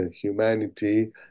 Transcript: humanity